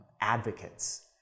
advocates